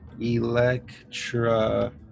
Electra